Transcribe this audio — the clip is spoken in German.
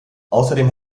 außerdem